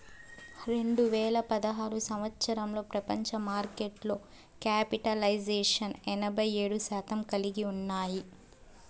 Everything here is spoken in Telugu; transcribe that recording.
రెండు వేల పదహారు సంవచ్చరంలో ప్రపంచ మార్కెట్లో క్యాపిటలైజేషన్ ఎనభై ఏడు శాతం కలిగి ఉన్నాయి